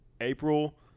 April